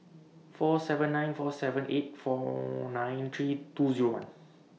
four seven nine four seven eight four nine three two Zero one